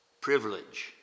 privilege